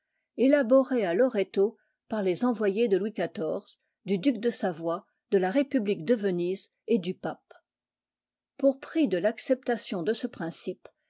élaboré à loreto par les envoyés de louis xiv du duc de savoie de la république de venise et du pape pour prix de l'acceptation de ce principe